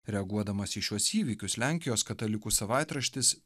reaguodamas į šiuos įvykius lenkijos katalikų savaitraštis